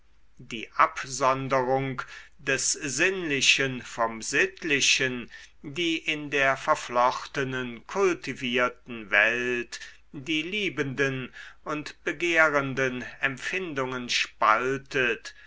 die absonderung des sinnlichen vom sittlichen die in der verflochtenen kultivierten welt die liebenden und begehrenden empfindungen spaltet